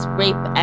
rape